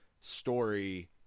story